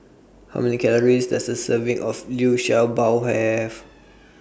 How Many Calories Does A Serving of Liu Sha Bao Have